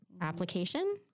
application